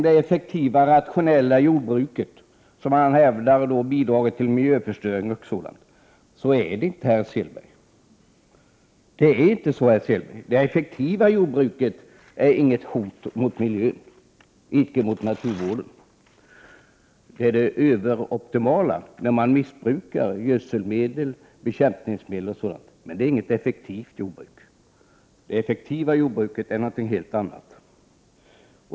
Det effektiva, rationella jordbruket bidrar till miljöförstöringen, säger herr Selberg. Så är det inte. Det effektiva jordbruket är inget hot mot miljön eller mot naturvården. Hotet kommer vid överoptimal användning — missbruk — av gödselmedel, bekämpningsmedel och sådant, men det är inget effektivt jordbruk. Det effektiva jordbruket är någonting helt annat.